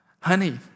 honey